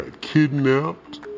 kidnapped